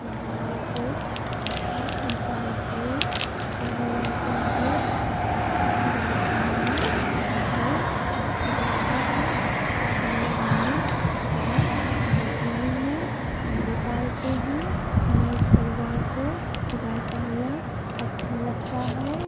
गाय को हर इंसान को पालना चाहिए गाय पालना हमको अच्छा लगता है हमाए घर में गाय बँधी हुई हैं हम भी पालते हैं हमारे परिवार को गाय पालना अच्छा लगता है